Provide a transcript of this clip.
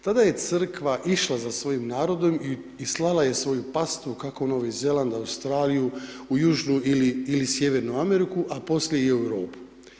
Tada je Crkva išla za svojim narodom i slala je svoju pastu kako u Novi Zeland, Australiju, u Južnu ili Sjevernu Ameriku a poslije i u Europu.